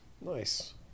nice